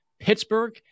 Pittsburgh